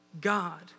God